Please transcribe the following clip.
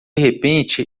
repente